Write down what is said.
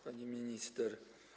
Pani Minister!